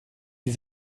die